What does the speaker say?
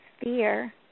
sphere